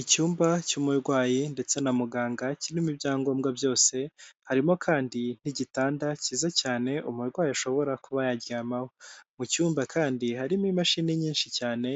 Icyumba cy'umurwayi ndetse na muganga kirimo ibyangombwa byose harimo kandi nk'igitanda cyiza cyane umurwayi ashobora kuba yaryamaho, mu cyumba kandi harimo imashini nyinshi cyane